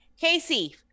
Casey